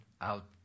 out